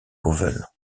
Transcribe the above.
pauwels